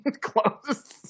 close